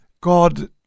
God